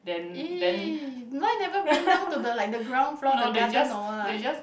!ee! why never bring down to the like the ground floor the garden or what